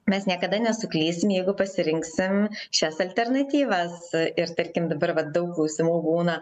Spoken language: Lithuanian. mes niekada nesuklysim jeigu pasirinksim šias alternatyvas ir tarkim dabar vat daug klausimų būna